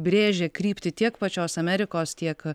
brėžia kryptį tiek pačios amerikos tiek